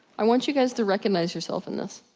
i want you guys to recognize yourselves in this.